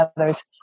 other's